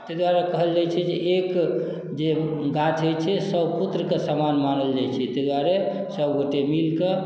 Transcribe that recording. ताहि दुआरे कहल जाइ छै जे एक जे गाछ होइ छै सए पुत्र के समान मानल जाइ छै ताहि दुआरे सब गोटे मिलके